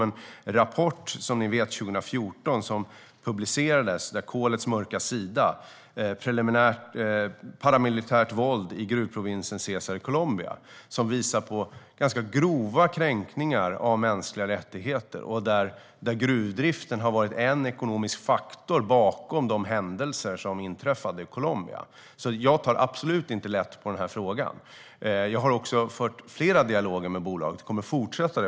En rapport publicerades 2014, som ni vet, om kolets mörka sida och paramilitärt våld i gruvprovinsen Cesar i Colombia. Rapporten visar på ganska grova kränkningar av mänskliga rättigheter och att gruvdriften har varit en ekonomisk faktor bakom de händelser som inträffade i Colombia. Jag tar absolut inte lätt på denna fråga. Jag har fört flera dialoger med bolaget och kommer att fortsätta att göra det.